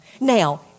Now